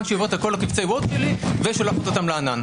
שהיא עוברת על כל קובצי הוורד שלי ושולחת אותם לענן.